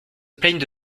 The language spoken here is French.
plaignent